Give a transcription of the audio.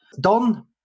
Don